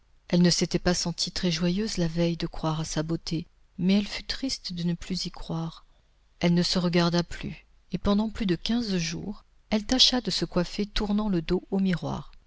elle ne s'était pas sentie très joyeuse la veille de croire à sa beauté mais elle fut triste de n'y plus croire elle ne se regarda plus et pendant plus de quinze jours elle tâcha de se coiffer tournant le dos au miroir